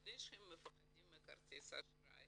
מכיוון שמפחדים ממסירת פרטי כרטיס האשראי